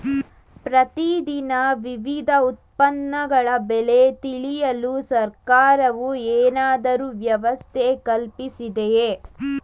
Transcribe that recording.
ಪ್ರತಿ ದಿನ ವಿವಿಧ ಉತ್ಪನ್ನಗಳ ಬೆಲೆ ತಿಳಿಯಲು ಸರ್ಕಾರವು ಏನಾದರೂ ವ್ಯವಸ್ಥೆ ಕಲ್ಪಿಸಿದೆಯೇ?